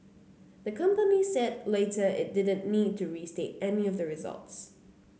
the company said later it didn't need to restate any of its results